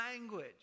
language